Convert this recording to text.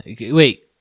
wait